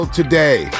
today